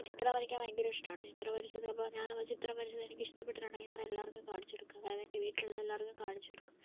ചിത്രം വരയ്ക്കാൻ ഭയങ്കര ഇഷ്ടമാണ് ചത്രം വരച്ചത് അപ്പോൾ ഞാൻ ചിത്രം വരച്ചത് എനിക്ക് ഇഷ്ടപ്പെട്ടിട്ടുണ്ടെങ്കിൽ ഞാൻ എല്ലാവർക്കും കാണിച്ച് കൊടുക്കുക കാരണം എൻറെ വീട്ടിലുള്ള എല്ലാവർക്കും കാണിച്ചു കൊടുക്കും